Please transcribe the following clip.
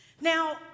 Now